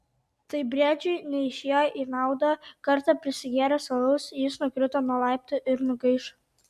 tai briedžiui neišėjo į naudą kartą prisigėręs alaus jis nukrito nuo laiptų ir nugaišo